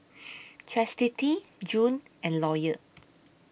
Chastity June and Lawyer